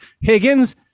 Higgins